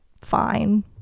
fine